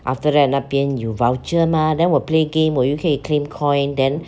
after that 那边有 voucher mah then 我 play game 我又可以 claim coin then